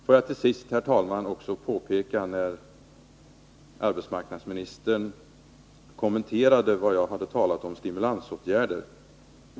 Får jag till sist, herr talman, också påpeka en sak som rör arbetsmarknadsministerns kommentarer till vad jag sagt när det gäller stimulansåtgärder.